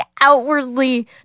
outwardly